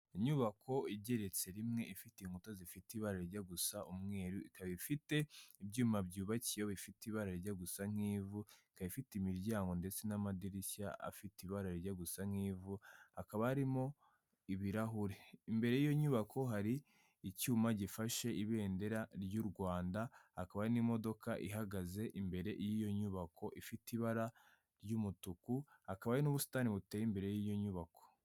Inyubako igeretse rimwe ifite inkuta zifite ibara rijya gusa umweru ikaba ifite ibyuma byubakiyeho bifite ibara rijya gusa nk'ivu, ikaba ifite imiryango ndetse n'amadirishya afite ibara rijya gusa nk'ivu, hakaba harimo ibirahure, imbere y'iyo nyubako hari icyuma gifashe ibendera ry'u Rwanda, hakaba hari n'imodoka ihagaze imbere y'iyo nyubako ifite ibara ry'umutuku, hakaba hari n'ubusitani buteye imbere y'iyo nyubako.